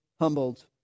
humbled